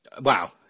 Wow